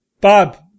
Bob